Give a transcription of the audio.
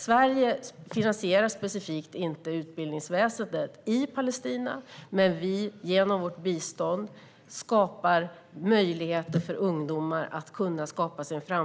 Sverige finansierar inte specifikt utbildningsväsendet i Palestina, men genom vårt bistånd skapar vi möjligheter för ungdomar att skapa sig en framtid.